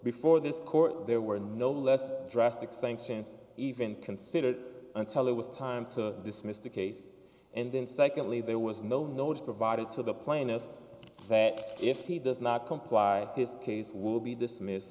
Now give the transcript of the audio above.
before this court there were no less drastic sanctions even considered until it was time to dismiss the case and then secondly there was no notice provided to the plaintiff that if he does not comply his case will be dismissed